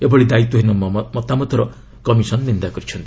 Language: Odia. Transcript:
ଏଭଳି ଦାୟିତ୍ୱହୀନ ମତାମତର କମିଶନ୍ ନିନ୍ଦା କରିଚ୍ଛନ୍ତି